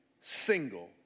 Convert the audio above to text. single